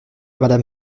madame